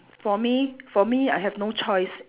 for me for me I have no choice